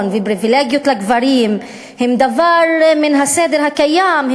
ופריבילגיות לגברים הן דבר מן הסדר הקיים,